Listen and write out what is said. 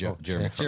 Jeremy